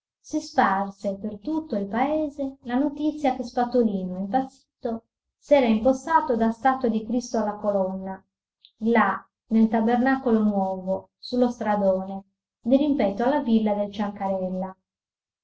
si sparse per tutto il paese la notizia che spatolino impazzito s'era impostato da statua di cristo alla colonna là nel tabernacolo nuovo su lo stradone dirimpetto alla villa del ciancarella